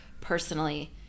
personally